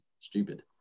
stupid